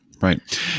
right